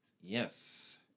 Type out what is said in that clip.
yes